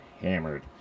hammered